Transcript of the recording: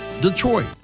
Detroit